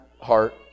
heart